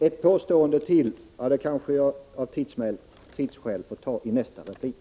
Jag skulle vilja bemöta ytterligare ett påstående, men av tidsskäl får jag låta det anstå till nästa replik.